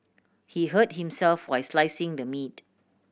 he hurt himself while slicing the meat